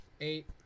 Eight